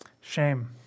Shame